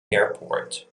airport